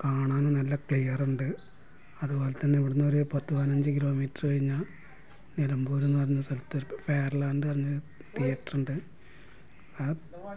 പിന്നെ കാണാനും നല്ല ക്ലിയർ ഉണ്ട് അതുപോലെത്തന്നെ ഇവിടുന്നൊരു പത്ത് പതിനഞ്ചു കിലോമീറ്ററ് കഴിഞ്ഞാൽ നിലമ്പൂർ എന്ന് പറഞ്ഞ സ്ഥലത്ത് ഫെയർലാൻഡ് പറഞ്ഞ തിയേറ്റർ ഉണ്ട് ആ